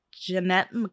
Jeanette